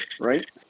Right